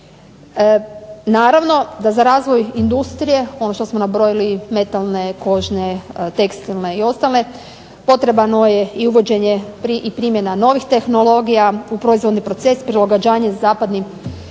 Naravno da za razvoj industrije ono što smo nabrojili metalne, kožne, tekstilne i ostale potrebno je uvođenje i primjena novih tehnologija u proizvodni proces, prilagođavanje zapadnim